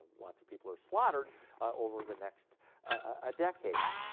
lots of people are slaughtered over the next ah decades.